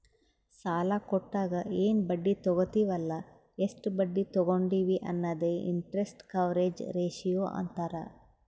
ಸಾಲಾ ಕೊಟ್ಟಾಗ ಎನ್ ಬಡ್ಡಿ ತಗೋತ್ತಿವ್ ಅಲ್ಲ ಎಷ್ಟ ಬಡ್ಡಿ ತಗೊಂಡಿವಿ ಅನ್ನದೆ ಇಂಟರೆಸ್ಟ್ ಕವರೇಜ್ ರೇಶಿಯೋ ಅಂತಾರ್